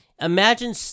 imagine